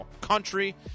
country